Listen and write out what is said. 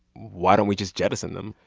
why don't we just jettison them?